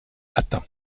atteint